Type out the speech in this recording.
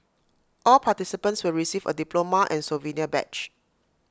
all participants will receive A diploma and souvenir badge